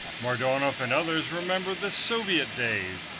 mardonov and others remember the soviet days,